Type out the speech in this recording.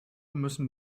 müssen